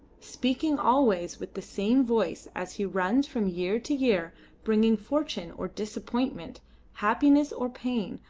speaking always with the same voice as he runs from year to year bringing fortune or disappointment happiness or pain,